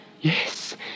Yes